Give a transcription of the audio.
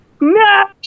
No